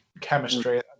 chemistry